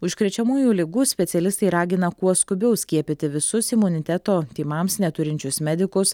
užkrečiamųjų ligų specialistai ragina kuo skubiau skiepyti visus imuniteto tymams neturinčius medikus